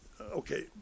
okay